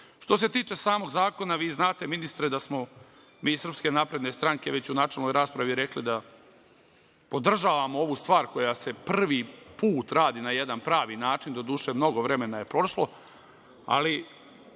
se tiče samog zakona, vi znate, ministre, da smo mi iz SNS već u načelnoj raspravi rekli da podržavamo ovu stvar koja se prvi put radi na jedan pravi način, doduše mnogo vremena je prošlo, ali